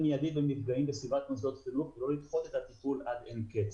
בנפגעים בסביבות מוסדות חינוך ולא לדחות את הטיפול עד אין קץ.